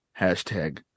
Hashtag